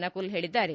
ನಕುಲ್ ಹೇಳಿದ್ದಾರೆ